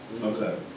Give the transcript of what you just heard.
Okay